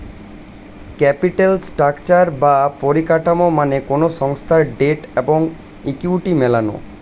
capital structure বা পরিকাঠামো মানে কোনো সংস্থার ডেট এবং ইকুইটি মেলানো